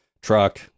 truck